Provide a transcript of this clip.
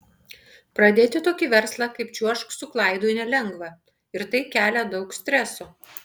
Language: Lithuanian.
pradėti tokį verslą kaip čiuožk su klaidu nelengva ir tai kelia daug streso